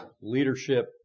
leadership